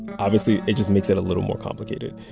obviously, it just makes it a little more complicated.